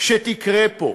שתקרה פה?